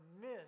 miss